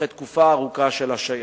אחרי תקופה ארוכה של השהיה.